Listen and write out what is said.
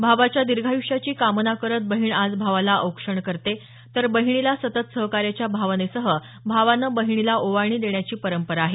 भावाच्या दीर्घायुष्याची कामना करत बहीण आज भावाला औक्षण करते तर बहिणीला सतत सहकार्याच्या भावनेसह भावाने बहिणीला ओवाळणी देण्याची परंपरा आहे